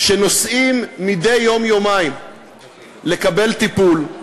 שנוסעים מדי יום-יומיים לקבל טיפול,